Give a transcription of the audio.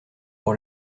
pour